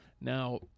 Now